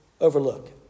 overlook